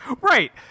Right